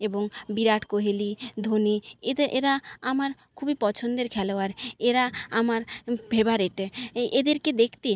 এবং বিরাট কোহলি ধোনি এদের এরা আমার খুবই পছন্দের খেলোয়াড় এরা আমার ফেভারেট এই এদেরকে দেখতে